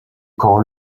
camp